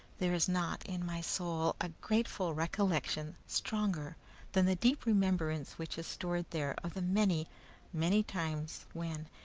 there is not, in my soul, a grateful recollection stronger than the deep remembrance which is stored there of the many many times when,